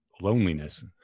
loneliness